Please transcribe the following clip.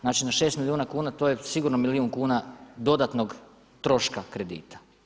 Znači na 6 milijuna kuna to je sigurno milijun kuna dodatnog troška kredita.